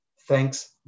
Thanks